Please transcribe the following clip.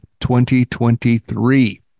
2023